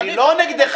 אני לא נגדך.